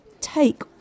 take